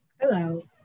Hello